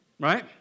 Right